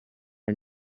are